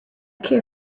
care